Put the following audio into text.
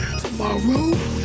tomorrow